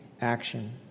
action